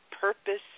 purpose